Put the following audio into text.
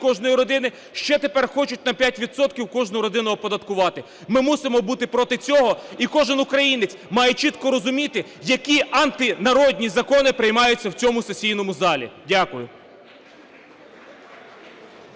кожної родини, ще тепер хочуть на 5 відсотків кожну родину оподаткувати. Ми мусимо бути проти цього. І кожен українець має чітко розуміти, які антинародні закони приймаються в цьому сесійному залі. Дякую.